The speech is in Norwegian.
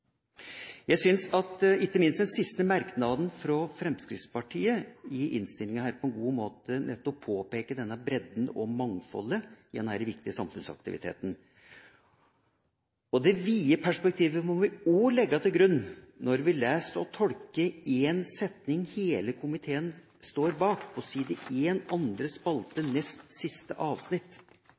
Jeg syns at ikke minst den siste merknaden fra Fremskrittspartiet i innstillinga på en god måte påpeker bredden og mangfoldet i denne viktige samfunnsaktiviteten. Det vide perspektivet må vi òg legge til grunn når vi leser og tolker én setning som hele komiteen står bak – på side 1, andre spalte, nest siste avsnitt.